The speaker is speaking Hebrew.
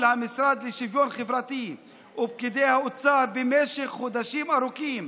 המשרד לשווין חברתי ופקידי האוצר במשך חודשים ארוכים: